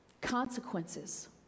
consequences